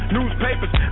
Newspapers